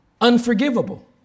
unforgivable